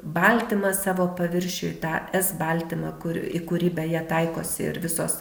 baltymą savo paviršiuj tą s baltymą kur į kurį beje taikosi ir visos